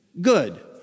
good